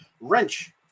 wrench